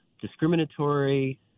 discriminatory